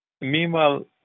meanwhile